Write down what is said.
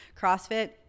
CrossFit